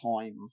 time